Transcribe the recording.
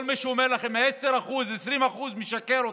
וכל מי שאומר לכם 10%, 20%, משקר לכם.